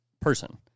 person